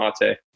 mate